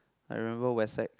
I remember west side